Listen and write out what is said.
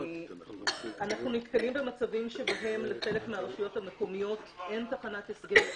אנחנו נתקלים במצבים שבהם לחלק מהרשויות המקומיות אין תחנת הסגר,